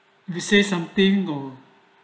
you say something or